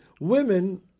women